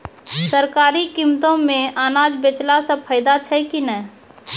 सरकारी कीमतों मे अनाज बेचला से फायदा छै कि नैय?